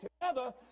together